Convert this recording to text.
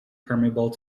permeable